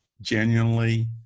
genuinely